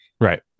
right